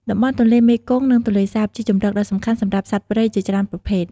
តំបន់ទន្លេមេគង្គ និងទន្លេសាប ជាជម្រកដ៏សំខាន់សម្រាប់សត្វព្រៃជាច្រើនប្រភេទ។